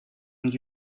and